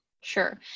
Sure